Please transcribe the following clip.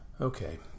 okay